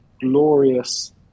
glorious